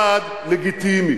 בעיני זה לא צעד לגיטימי.